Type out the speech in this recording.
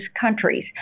countries